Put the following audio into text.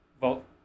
vote